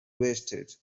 wasted